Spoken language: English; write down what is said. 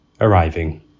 arriving